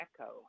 echo